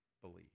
believe